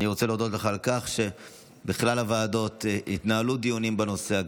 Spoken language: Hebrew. אני רוצה להודות לך על שבכל הוועדות התקיימו דיונים בנושא,